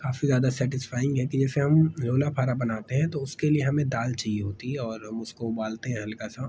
کافی زیادہ سیٹسفائنگ ہے کہ جیسے ہم لولا پھارا بناتے ہیں تو اس کے لیے ہمیں دال چاہیے ہوتی ہے اور ہم اس کو ابالتے ہیں ہلکا سا